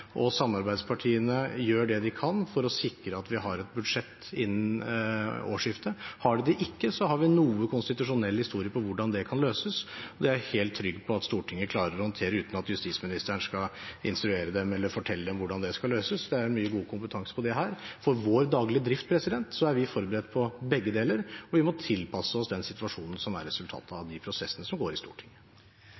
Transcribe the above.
og samarbeidspartiene gjør det de kan for å sikre at vi har et budsjett innen årsskiftet. Har en det ikke, har vi noe konstitusjonell historie på hvordan det kan løses, og det er jeg helt trygg på at Stortinget klarer å håndtere uten at justisministeren skal instruere dem eller fortelle dem hvordan det skal løses. Det er mye god kompetanse på det her. For vår daglige drift er vi forberedt på begge deler, og vi må tilpasse oss den situasjonen som er et resultat av